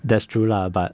that's true lah but